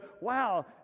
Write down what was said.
wow